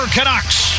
Canucks